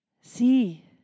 See